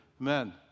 Amen